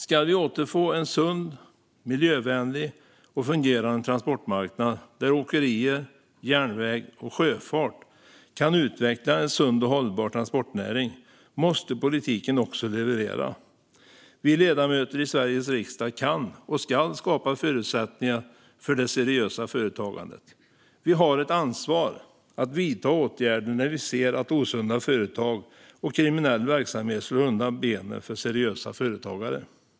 Ska vi återfå en sund, miljövänlig och fungerande transportmarknad där åkerier, järnväg och sjöfart kan utveckla en sund och hållbar transportnäring måste politiken också leverera. Vi ledamöter i Sveriges riksdag kan och ska skapa förutsättningar för det seriösa företagandet. Vi har ett ansvar att vidta åtgärder när vi ser att osunda företag och kriminell verksamhet slår undan benen för seriösa företagare.